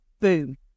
Boom